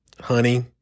honey